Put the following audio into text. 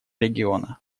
региона